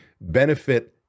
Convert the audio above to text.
benefit